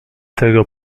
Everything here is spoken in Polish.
tego